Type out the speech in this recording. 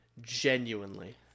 genuinely